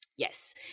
Yes